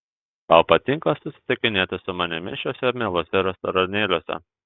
tau patinka susitikinėti su manimi šiuose mieluose restoranėliuose